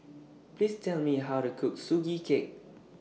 Please Tell Me How to Cook Sugee Cake